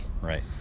Right